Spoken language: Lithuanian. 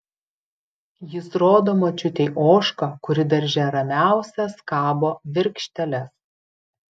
jis rodo močiutei ožką kuri darže ramiausia skabo virkšteles